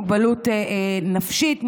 מוגבלות נפשית,